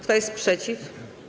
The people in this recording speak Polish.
Kto jest przeciw?